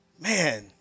Man